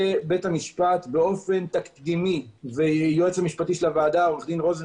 ובית המשפט באופן תקדימי והיועץ המשפטי של הוועדה עו"ד רוזנר